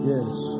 Yes